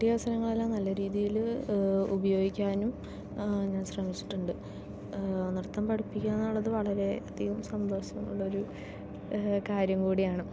കിട്ടിയ അവസരങ്ങൾ എല്ലാം നല്ല രീതിയിൽ ഉപയോഗിക്കാനും ഞാൻ ശ്രമിച്ചിട്ടുണ്ട് നൃത്തം പഠിപ്പിക്കുക എന്നുള്ളത് വളരെയധികം സന്തോഷം ഉള്ളൊരു കാര്യം കൂടിയാണ്